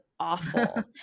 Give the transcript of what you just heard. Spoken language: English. Awful